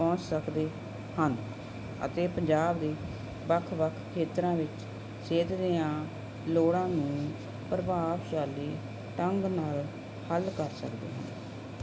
ਪਹੁੰਚ ਸਕਦੇ ਹਨ ਅਤੇ ਪੰਜਾਬ ਦੇ ਵੱਖ ਵੱਖ ਖੇਤਰਾਂ ਵਿੱਚ ਸਿਹਤ ਦੀਆਂ ਲੋੜਾਂ ਨੂੰ ਪ੍ਰਭਾਵਸ਼ਾਲੀ ਢੰਗ ਨਾਲ ਹੱਲ ਕਰ ਸਕਦੇ ਹਾਂ